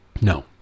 No